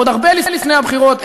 עוד הרבה לפני הבחירות,